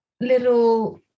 little